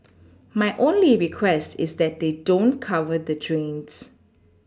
my only request is that they don't cover the drains